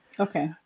Okay